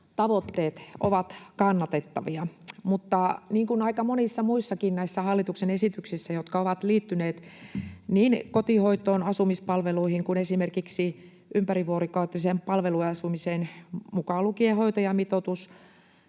tavoitteet ovat kannatettavia. Mutta niin kuin aika monissa muissakin näissä hallituksen esityksissä, jotka ovat liittyneet niin kotihoitoon, asumispalveluihin kuin esimerkiksi ympärivuorokautiseen palveluasumiseen, mukaan lukien hoitajamitoitus,